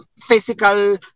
physical